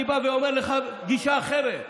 אני בא ואומר לך גישה אחרת.